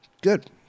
good